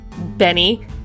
Benny